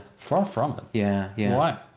far from it. yeah yeah,